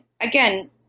again